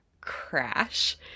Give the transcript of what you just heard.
crash